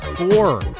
Four